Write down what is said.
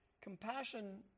Compassion